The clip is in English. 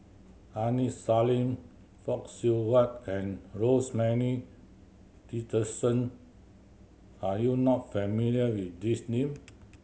Aini Salim Fock Siew Wah and Rosemary Tessensohn are you not familiar with these name